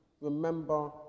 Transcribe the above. remember